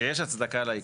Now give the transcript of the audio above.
שיש הצדקה לעיכוב.